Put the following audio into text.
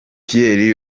pierre